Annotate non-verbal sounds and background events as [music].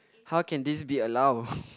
how can this be allow [laughs]